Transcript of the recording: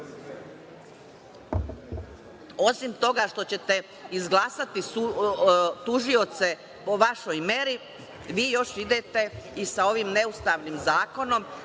toga što ćete izglasati tužioce po vašoj meri, vi još idete i sa ovim ne ustavnim zakonom.